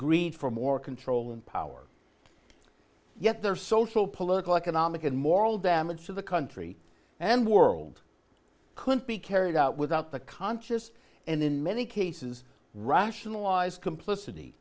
greed for more control and power yet their social political economic and moral damage to the country and world couldn't be carried out without the conscious and in many cases rationalized complicity